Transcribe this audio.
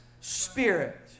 spirit